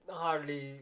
hardly